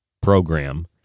program